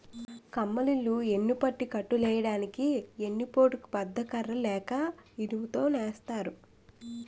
కమ్మలిల్లు యెన్నుపట్టి కట్టులెయ్యడానికి ఎన్ని పోటు బద్ద ని కర్ర లేక ఇనుము తోని సేత్తారు